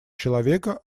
человека